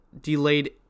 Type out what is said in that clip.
delayed